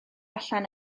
allan